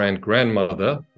grandmother